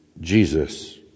Jesus